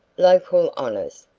local honors,